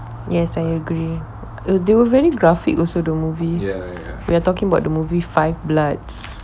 yes I agree uh they were very graphic also the movie we are talking about the movie five bloods